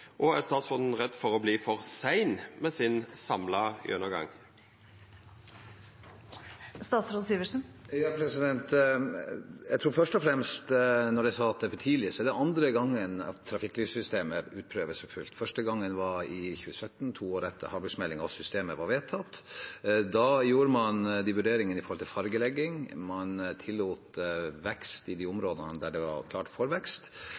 Og er statsråden redd for å verta for sein med sin samla gjennomgang? Med hensyn til det jeg sa om at det var for tidlig: Det er andre gangen trafikklyssystemet utprøves for fullt. Den første gangen var i 2017, to år etter at havbruksmeldingen og systemet ble vedtatt. Da gjorde man vurderingene med hensyn til fargelegging, man tillot vekst i de områdene der det var klart